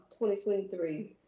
2023